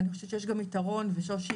אני חושבת שיש גם יתרון ושושי,